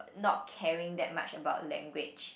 not caring that much about language